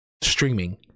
streaming